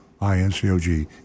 I-N-C-O-G